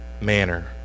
manner